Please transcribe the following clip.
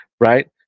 right